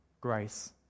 Grace